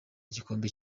igikombe